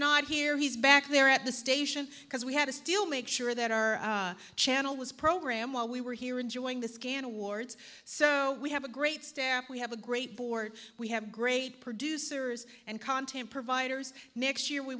not here he's back there at the station because we had to still make sure that our channel was program while we were here enjoying the scan awards so we have a great staff we have a great board we have great producers and content providers next year we